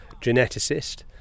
geneticist